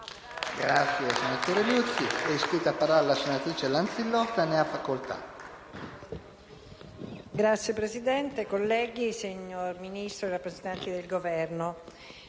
*(PD)*. Signor Presidente, colleghi, signor Ministro e rappresentanti del Governo,